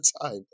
time